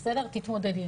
תתמודדי,